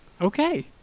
Okay